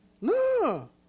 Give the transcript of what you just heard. no